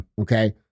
Okay